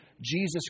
Jesus